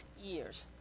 years